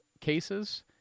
cases